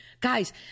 guys